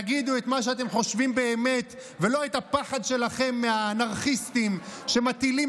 תגידו את מה שאתם חושבים באמת ולא את הפחד שלכם מהאנרכיסטים שמטילים